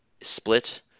split